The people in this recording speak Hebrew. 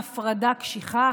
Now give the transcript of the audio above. הפרדה קשיחה,